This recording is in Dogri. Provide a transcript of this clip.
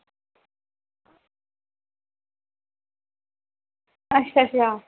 अच्छा अच्छा